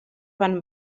van